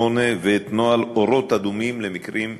ואת נוהל "אורות אדומים" למקרים חריגים.